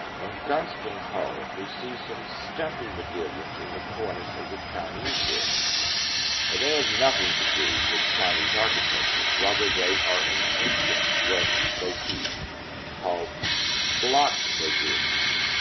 in gunston hall, we see some stumpy modillions in the cornice of the chinese room. now and they have nothing to do with chinese architecture. rather, they are an ancient roman motif called block modillions.